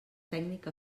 tècnic